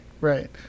Right